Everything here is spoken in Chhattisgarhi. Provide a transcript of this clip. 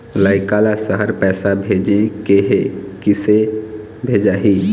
लइका ला शहर पैसा भेजें के हे, किसे भेजाही